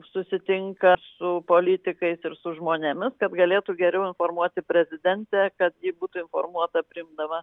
susitinka su politikais ir su žmonėmis kad galėtų geriau informuoti prezidentę kad ji būtų informuota priimdama